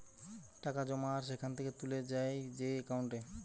টাকা জমা আর সেখান থেকে তুলে যায় যেই একাউন্টে